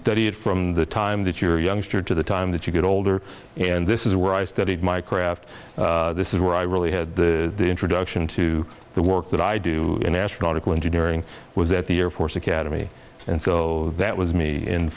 study it from the time that you're a youngster to the time that you get older and this is where i studied my craft this is where i really had the introduction to the work that i do an astronomical engineering was that the air force academy and so that was me